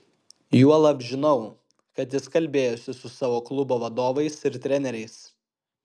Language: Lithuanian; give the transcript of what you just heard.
juolab žinau kad jis kalbėjosi su savo klubo vadovais ir treneriais